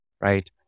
right